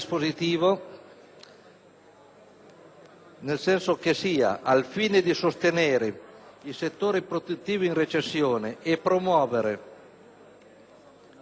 il Governo: al fine di sostenere i settori produttivi in recessione e promuovere il *made in Italy*